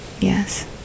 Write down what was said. Yes